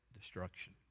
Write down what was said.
destruction